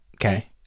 Okay